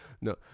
No